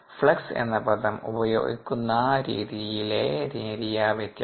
flux എന്ന പദം ഉപയോഗിക്കുന്ന രീതിയിലെ നേരിയ വ്യത്യാസം